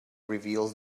reveals